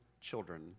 children